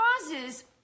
causes